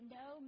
no